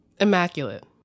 immaculate